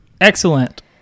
Excellent